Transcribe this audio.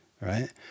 right